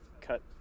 cut